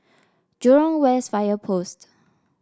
Jurong West Fire Post